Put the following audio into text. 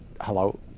Hello